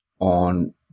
on